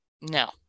no